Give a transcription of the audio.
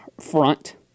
front